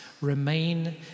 remain